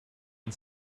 and